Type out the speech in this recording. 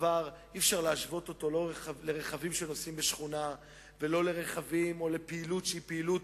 אי-אפשר להשוות אותו לרכבים שנוסעים בשכונה ולא לפעילות שהיא פעילות